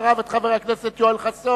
ואחריו את חבר הכנסת יואל חסון,